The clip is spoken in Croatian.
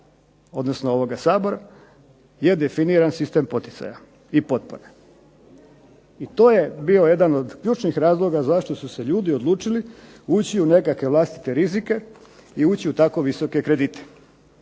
odnosno ovoga Sabora je definiran sistem poticaja i potpora. I to je bio jedan od ključnih razloga zašto su se ljudi odlučili ući u nekakve vlastite rizike i ući u tako visoke kredite.